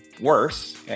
worse